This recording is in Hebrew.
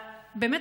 באמת,